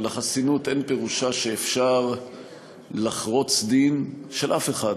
אבל החסינות אין פירושה שאפשר לחרוץ דין של אף אחד,